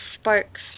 sparks